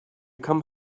come